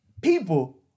people